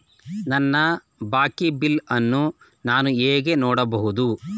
ನನ್ನ ಬಾಕಿ ಬಿಲ್ ಅನ್ನು ನಾನು ಹೇಗೆ ನೋಡಬಹುದು?